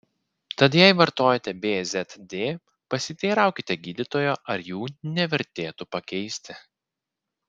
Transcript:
tad jei vartojate bzd pasiteiraukite gydytojo ar jų nevertėtų pakeisti